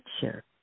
picture